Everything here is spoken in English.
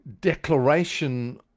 declaration